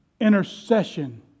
intercession